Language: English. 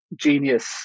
genius